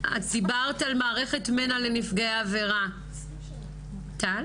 את דיברת על מערכת מנע לנפגעי עבירה, טל.